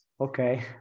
okay